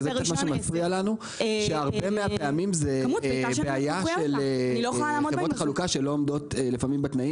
זו בעיה של חברות החלוקה שלא עומדות בתנאים.